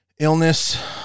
Illness